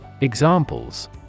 Examples